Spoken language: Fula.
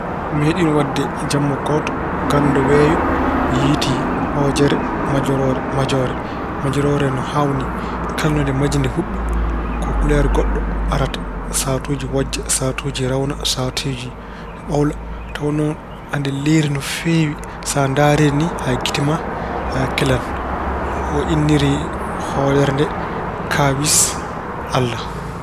Meeɗiino waɗde jamma gooto, ganndo weeyo yiyti hoodere majiro, majooro, majirooro no haawni. Kala nde no maji nde yuɓɓi ko kuleer goɗɗo arata. Sahaatuuji wojja, sahaatuuji rawna, sahaatuuji ɓawla. Tawa noon ande leerii no feewi. So a ndaarii nde ni, hay gite ma kelan. O inniri hoodere nde kaawis Allah.